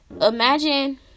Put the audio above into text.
imagine